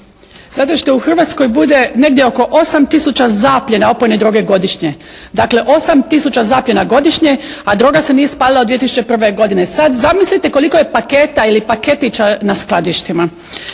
zato što u Hrvatskoj bude negdje oko 8 tisuća zapljena opojne droge godišnje. Dakle 8 tisuća zapljena godišnje, a droga se nije spalila od 2001. godine. Sada zamislite koliko je paketa ili paketića na skladištima.